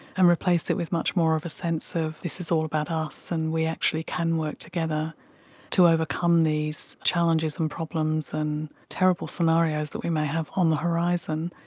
and replace it with much more of a sense of this is all about us and we actually can work together to overcome these challenges and problems and terrible scenarios that we may have on the horizon.